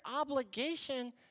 obligation